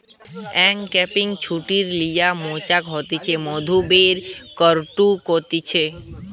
uncapping ছুরি লিয়া মৌচাক হইতে মধু বের করাঢু হতিছে